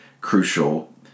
crucial